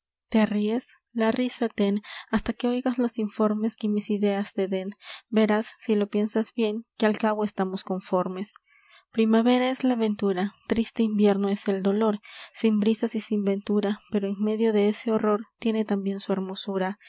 te ries la risa ten hasta que oigas los informes que mis ideas te den verás si lo piensas bien que al cabo estamos conformes primavera es la ventura triste invierno es el dolor sin brisas y sin ventura pero en medio de ese horror tiene tambien su hermosura